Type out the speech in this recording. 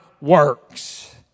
works